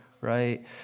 right